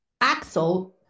Axel